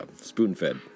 Spoon-fed